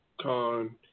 con